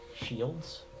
shields